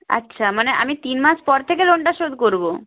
আচ্ছা মানে আমি তিন মাস পর থেকে লোনটা শোধ করব